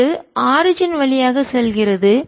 இது ஆரிஜின் தோற்றம் வழியாக செல்கிறது